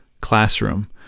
classroom